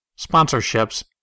sponsorships